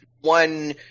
one